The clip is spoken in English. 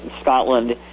Scotland